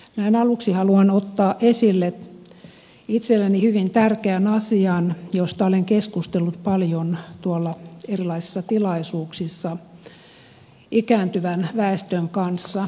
näin aluksi haluan ottaa esille itselleni hyvin tärkeän asian josta olen keskustellut paljon erilaisissa tilaisuuksissa ikääntyvän väestön kanssa